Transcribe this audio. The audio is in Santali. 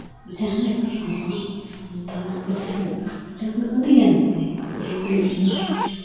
ᱡᱟᱦᱟᱸ ᱞᱮᱠᱟ ᱟᱵᱚᱣᱟᱜ ᱥᱟᱱᱛᱟᱲ ᱯᱟᱹᱨᱥᱤ ᱡᱟᱦᱟᱸ ᱫᱚ ᱟᱹᱰᱤᱜᱮ ᱱᱟᱯᱟᱭᱟ ᱟᱹᱰᱤᱜᱮ